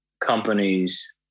companies